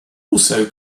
also